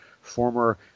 Former